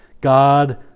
God